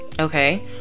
okay